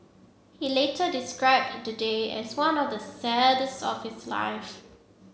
he later described the day as one of the saddest of his life